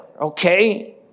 okay